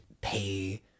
pay